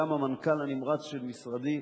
גם המנכ"ל הקודם הנמרץ של משרדי,